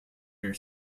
your